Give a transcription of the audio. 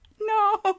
no